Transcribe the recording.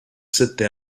sette